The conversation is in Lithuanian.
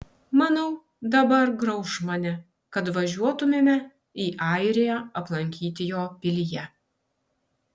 manau dabar grauš mane kad važiuotumėme į airiją aplankyti jo pilyje